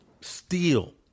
Steel